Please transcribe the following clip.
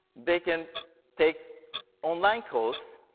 they can take online courses,